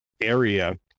area